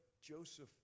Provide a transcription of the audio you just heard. Joseph